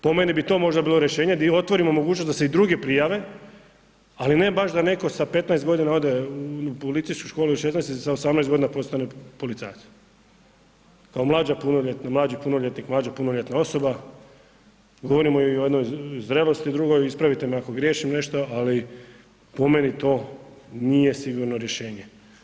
Po meni bi to možda bilo rješenje di otvorimo mogućnost da se i drugi prijave, ali ne baš da ne'ko sa 15 godina ode u policijsku školu, i 16 ili 18 godina postane policajac, kao mlađa punoljetna, mlađi punoljetnik, mlađa punoljetna osoba, govorimo i o jednoj zrelosti drugoj, ispravite me ako griješim nešto, ali po meni to nije sigurno rješenje.